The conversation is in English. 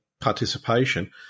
participation